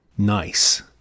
Nice